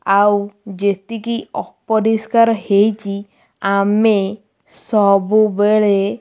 ଆଉ ଯେତିକି ଅପରିଷ୍କାର ହୋଇଛି ଆମେ ସବୁବେଳେ